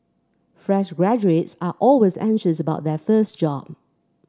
fresh graduates are always anxious about their first job